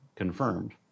confirmed